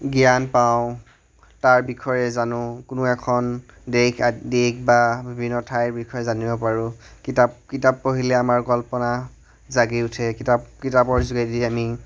জ্ঞান পাওঁ তাৰ বিষয়ে জানো কোনো এখন দেশ দেশ বা বিভিন্ন ঠাইৰ বিষয়ে জানিব পাৰোঁ কিতাপ পঢ়িলে আমাৰ কল্পনা জাগি উঠে কিতাপৰ যোগেদি আমি